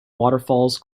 waterfalls